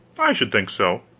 i should think so.